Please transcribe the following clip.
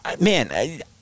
man